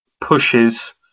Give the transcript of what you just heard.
pushes